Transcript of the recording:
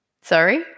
Sorry